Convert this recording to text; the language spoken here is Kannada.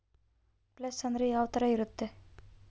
ಪ್ಲೇಸ್ ಅಂದ್ರೆ ಯಾವ್ತರ ಇರ್ತಾರೆ?